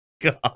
God